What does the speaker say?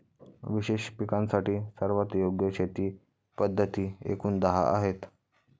विशेष पिकांसाठी सर्वात योग्य शेती पद्धती एकूण दहा आहेत